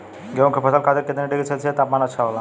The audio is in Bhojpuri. गेहूँ के फसल खातीर कितना डिग्री सेल्सीयस तापमान अच्छा होला?